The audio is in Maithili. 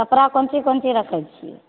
कपड़ा कोन चीज कोन चीज रखै छियै